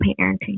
parenting